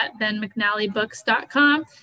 benmcnallybooks.com